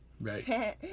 Right